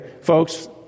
Folks